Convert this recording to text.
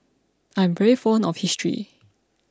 I'm very fond of history